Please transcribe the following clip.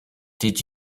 did